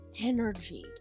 energy